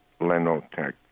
Lenotech